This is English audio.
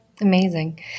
Amazing